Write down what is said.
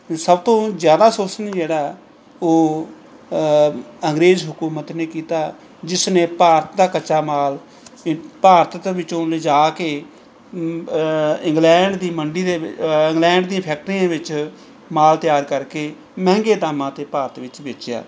ਸਭ ਤੋਂ ਜ਼ਿਆਦਾ ਸੋਸ਼ਣ ਜਿਹੜਾ ਉਹ ਅੰਗਰੇਜ਼ ਹਕੂਮਤ ਨੇ ਕੀਤਾ ਜਿਸ ਨੇ ਭਾਰਤ ਦਾ ਕੱਚਾ ਮਾਲ ਭਾਰਤ ਦੇ ਵਿੱਚੋਂ ਲਿਜਾ ਕੇ ਇੰਗਲੈਂਡ ਦੀ ਮੰਡੀ ਦੇ ਇੰਗਲੈਂਡ ਦੀ ਫੈਕਟਰੀ ਦੇ ਵਿੱਚ ਮਾਲ ਤਿਆਰ ਕਰਕੇ ਮਹਿੰਗੇ ਦਾਮਾਂ 'ਤੇ ਭਾਰਤ ਵਿੱਚ ਵੇਚਿਆ